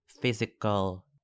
physical